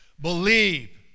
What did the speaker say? believe